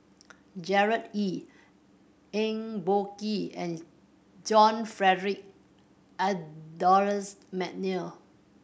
Gerard Ee Eng Boh Kee and John Frederick Adolphus McNair